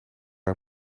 hij